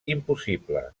impossible